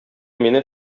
мине